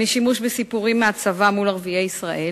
משימוש בסיפורים מהצבא מול ערביי ישראל,